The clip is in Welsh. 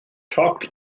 toc